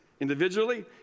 individually